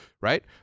Right